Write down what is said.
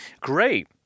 Great